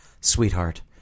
sweetheart